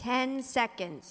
ten seconds